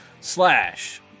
slash